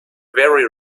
very